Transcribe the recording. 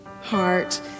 heart